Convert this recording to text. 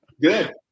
Good